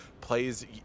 plays